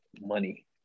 money